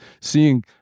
seeing